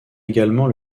également